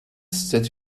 that